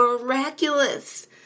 miraculous